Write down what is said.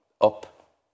up